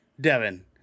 Devin